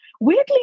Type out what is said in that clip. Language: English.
Weirdly